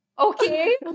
Okay